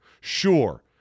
sure